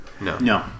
No